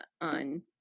on